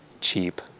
cheap